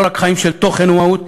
לא רק חיים של תוכן ומהות,